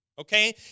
okay